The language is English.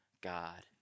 God